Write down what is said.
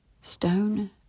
Stone